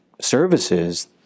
services